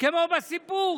כמו בסיפור